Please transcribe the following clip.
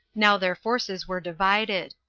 now their forces were divided.